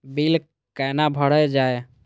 Bill कैना भरल जाय?